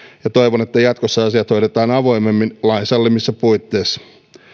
ja toivon että jatkossa asiat hoidetaan avoimemmin lain sallimissa puitteissa